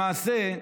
למעשה,